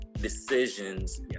decisions